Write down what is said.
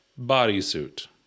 bodysuit